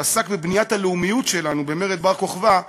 שעסק בבניית הלאומיות שלנו במרד בר-כוכבא,